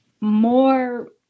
more